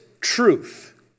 truth